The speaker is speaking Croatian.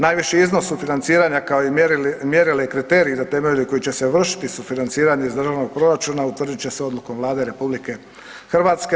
Najviši iznos sufinanciranja, kao i mjerila i kriterij za temelje kojim će se vršiti sufinanciranje iz državnog proračuna utvrdit će se odlukom Vlade RH.